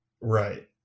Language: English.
Right